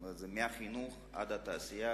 זאת אומרת, זה מהחינוך עד התעשייה.